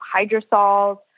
hydrosols